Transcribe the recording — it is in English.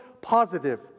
positive